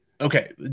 Okay